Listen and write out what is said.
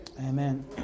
Amen